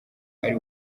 ari